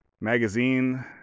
magazine